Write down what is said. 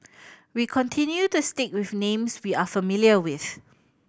we continue to stick with names we are familiar with